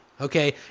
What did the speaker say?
okay